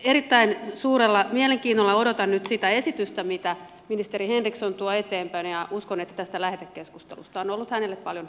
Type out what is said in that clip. erittäin suurella mielenkiinnolla odotan nyt sitä esitystä mitä ministeri henriksson tuo eteenpäin ja uskon että tästä lähetekeskustelusta on ollut hänelle paljon hyötyä